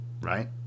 right